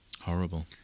horrible